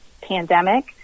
pandemic